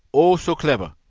oh, so clever!